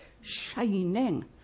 shining